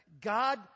God